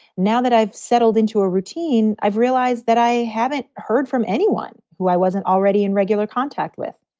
now that i've settled into a routine, i've realized that i haven't heard from anyone who i wasn't already in regular contact with.